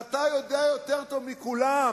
ואתה יודע יותר טוב מכולם